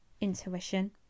intuition